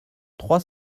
trois